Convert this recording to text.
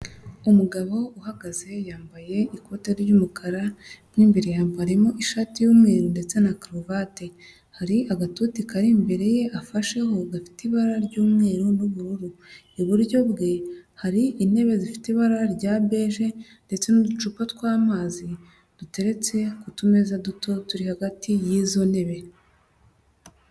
Umugabo uhagaze yambaye ikote ry'umukara, mo imbere yambariyemo ishati y'umweru ndetse na karuvate. Hari agatuti kari imbere ye afasheho gafite ibara ry'umweru n'ubururu. Iburyo bwe hari intebe zifite ibara rya beje ndetse n'uducupa tw'amazi duteretse ku tumeza duto turi hagati y'izo ntebe.